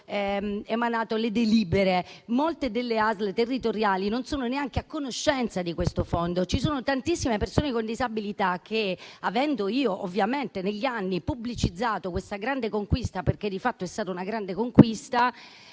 emanato le delibere. Molte ASL territoriali non sono neanche a conoscenza del fondo. Ci sono tantissime persone con disabilità che, avendo io ovviamente negli anni pubblicizzato questa grande conquista - perché di fatto è stata tale -